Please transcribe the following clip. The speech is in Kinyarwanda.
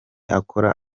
akora